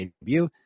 debut